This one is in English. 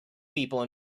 people